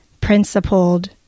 principled